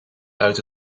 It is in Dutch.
uit